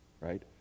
right